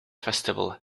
festival